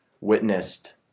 witnessed